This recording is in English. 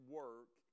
work